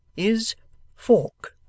Is—fork